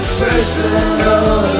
personal